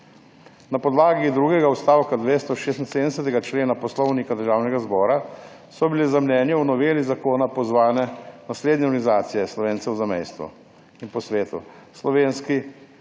Na podlagi drugega odstavka 276. člena Poslovnika Državnega zbora so bile za mnenje o noveli zakona pozvane naslednje organizacije Slovencev v zamejstvu in po svetu: Svetovni